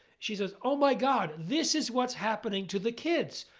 she says, oh my god, this is what's happening to the kids.